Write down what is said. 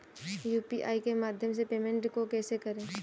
UPI के माध्यम से पेमेंट को कैसे करें?